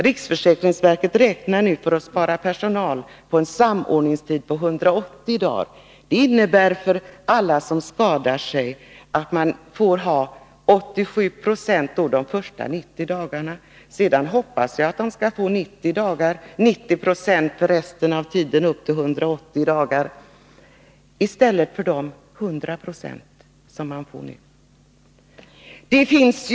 Riksförsäkringsverket räknar nu med en samordningstid på 180 dagar för att spara in personal. För alla som skadar sig innebär det en ersättning på 87 90 de första 90 dagarna. Jag befarar att de skall få 90 26 av lönen för den återstående sjukdomstiden upp till 180 dagar. Nu får de 100 96.